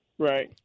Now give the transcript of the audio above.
Right